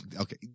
okay